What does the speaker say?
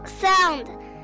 sound